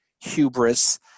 hubris